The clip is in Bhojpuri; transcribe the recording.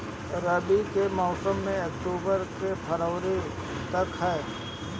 रबी के मौसम अक्टूबर से फ़रवरी तक ह